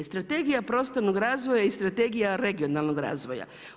Strategija prostornog razvoja i Strategija regionalnog razvoja.